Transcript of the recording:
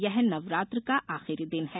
यह नवरात्र का आखिरी दिन है